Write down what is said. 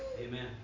amen